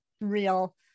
real